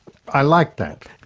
i like that.